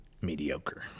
Mediocre